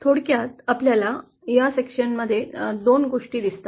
थोडक्यात आपल्याला या विभागातून 2 गोष्टी दिसतात